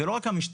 זו לא רק המשטרה,